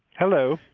hello.